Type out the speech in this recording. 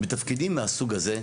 בתפקידים מהסוג הזה,